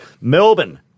Melbourne